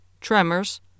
tremors